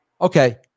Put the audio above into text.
Okay